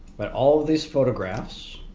but all of these photographs